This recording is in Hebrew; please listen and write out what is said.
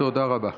תודה רבה.